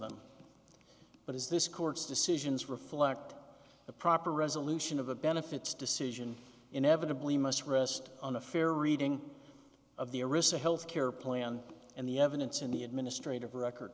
them but is this court's decisions reflect the proper resolution of a benefits decision inevitably must rest on a fair reading of the arista health care plan and the evidence in the administrative record